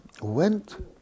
went